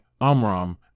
Amram